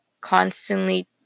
constantly